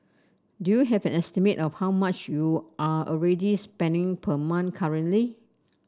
do you have an estimate of how much you are already spending per month currently